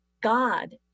God